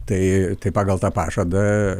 tai tai pagal tą pažadą